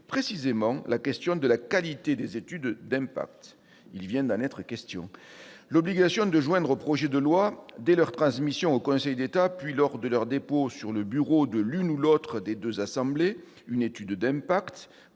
d'évoquer la question de la qualité des études d'impact. L'obligation de joindre aux projets de loi, dès leur transmission au Conseil d'État, puis lors de leur dépôt sur le bureau de l'une ou l'autre des deux assemblées, une étude d'impact